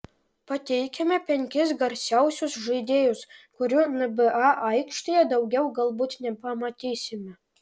pateikiame penkis garsiausius žaidėjus kurių nba aikštėje daugiau galbūt nepamatysime